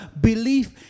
belief